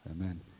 amen